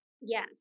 Yes